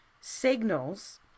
signals